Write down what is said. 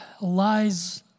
lies